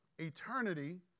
eternity